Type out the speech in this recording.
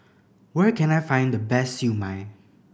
where can I find the best Siew Mai